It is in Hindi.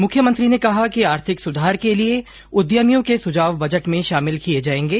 मुख्यमंत्री ने कहा कि आर्थिक सुधार के लिए उद्यमियों के सुझाव बजट में शामिल किये जायेंगे